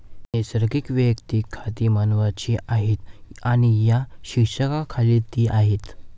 नैसर्गिक वैयक्तिक खाती मानवांची आहेत आणि या शीर्षकाखाली ती आहेत